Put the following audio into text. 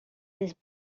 this